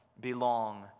belong